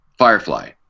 firefly